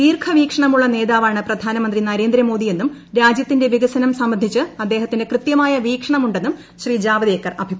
ദീർഘവീക്ഷണമുള്ള നേതാവാണ്ട് പ്രധാനമന്ത്രി നരേന്ദ്രമോദി എന്നും രാജ്യത്തിന്റെ വികസ്കന്റു സ്ംബന്ധിച്ച് അദ്ദേഹത്തിന് കൃത്യമായ വീക്ഷണം ഉണ്ട്ടണ്ടും ശ്രീ ജാവദേക്കർ ചൂണ്ടിക്കാട്ടി